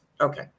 Okay